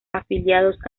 afiliados